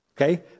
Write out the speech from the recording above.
Okay